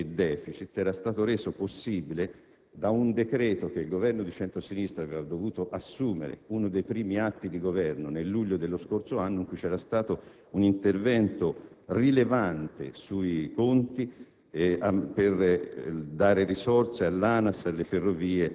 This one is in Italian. il rapporto tra prodotto interno lordo e *deficit* al 4,1 per cento era stato reso possibile da un decreto che il Governo di centro‑sinistra aveva dovuto emanare (uno dei primi atti di Governo) nel luglio dello scorso anno, in cui era stato disposto un intervento rilevante sui conti